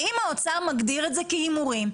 ואם האוצר מגדיר את זה כהימורים,